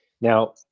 Now